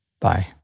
bye